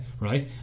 Right